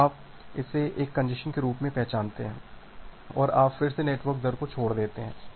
तो आप इसे एक कंजेस्शन के रूप में पहचानते हैं और आप फिर से नेटवर्क दर को छोड़ देते हैं